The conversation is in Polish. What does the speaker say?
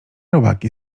robaki